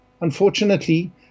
unfortunately